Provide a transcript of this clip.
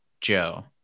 Joe